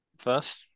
First